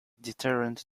deterrent